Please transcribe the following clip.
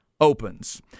Opens